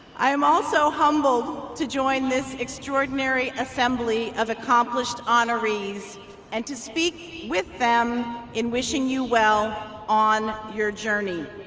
i am also humbled to join this extraordinary assembly of accomplished honorees and to speak with them in wishing you well on your journey